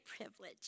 privilege